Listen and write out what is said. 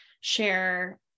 share